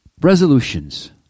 resolutions